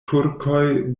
turkoj